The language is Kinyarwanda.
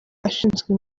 ashinzwe